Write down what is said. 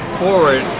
forward